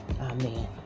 Amen